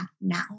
now